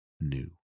new